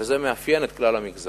וזה מאפיין את כלל המגזרים.